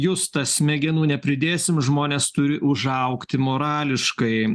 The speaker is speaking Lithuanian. justas smegenų nepridėsim žmonės turi užaugti morališkai